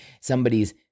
somebody's